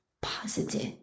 positive